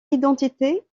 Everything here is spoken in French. identité